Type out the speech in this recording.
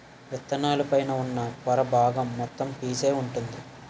విత్తనాల పైన ఉన్న పొర బాగం మొత్తం పీసే వుంటుంది